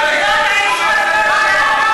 מה זה, מה היא אמרה לא בסדר?